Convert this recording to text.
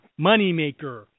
Moneymaker